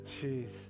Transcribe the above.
Jeez